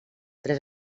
tres